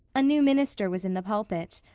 a new minister was in the pulpit.